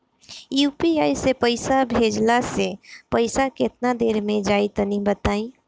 UPI से पईसा भेजलाऽ से पईसा केतना देर मे जाई तनि बताई?